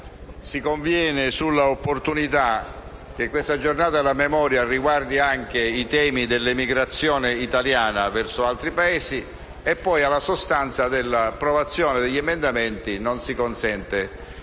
si conviene sull'opportunità che questa giornata della memoria riguardi anche i temi dell'emigrazione italiana verso altri Paesi e poi, nella sostanza, al momento dell'approvazione degli emendamenti, non si consente